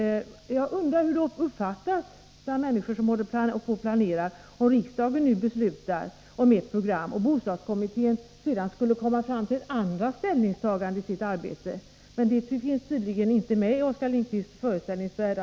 Jag undrar hur det skulle uppfattas bland människor som sysslar med planering om riksdagen nu beslutar om ett program och bostadskommittén sedan skulle komma fram till andra ställningstaganden. Att något sådant skulle kunna inträffa finns tydligen inte med i Oskar Lindkvists föreställningsvärld.